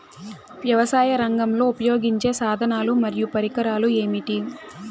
వ్యవసాయరంగంలో ఉపయోగించే సాధనాలు మరియు పరికరాలు ఏమిటీ?